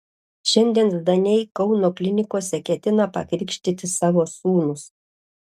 šiandien zdaniai kauno klinikose ketina pakrikštyti savo sūnus